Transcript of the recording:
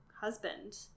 husband